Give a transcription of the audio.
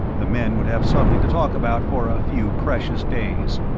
the men would have something to talk about for a few precious days.